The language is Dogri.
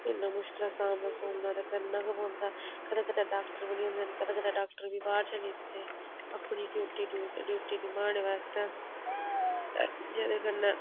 इनें मुश्कलें दा सामना सुमना ते करना गै पौंदा ऐ कदें कदें डॉक्टर बी नी होंदे कदें कदें डॉक्टर बी बाह्र चली जंदे अपनी ड्यूटी ड्यूटी निभाने बास्तै ते जेह्दे कन्नै